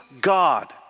God